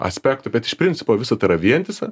aspektų bet iš principo visa tai yra vientisa